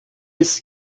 ist